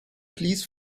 please